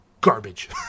garbage